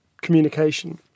communication